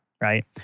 right